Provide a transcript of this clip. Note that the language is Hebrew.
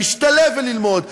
להשתלב וללמוד,